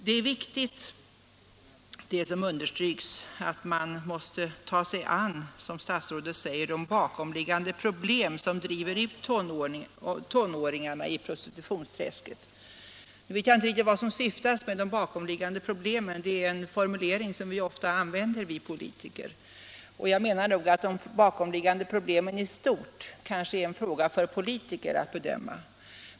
Det är viktigt, som statsrådet säger, att man tar sig an de bakomliggande problem som driver ut tonåringarna i prostitutionsträsket. Jag vet inte riktigt vad som åsyftas med ”bakomliggande problem”. Det är en formulering som vi politiker ofta använder. Jag menar att de bakomliggande problemen i stort kanske är en fråga för politiker att bedöma.